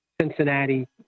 Cincinnati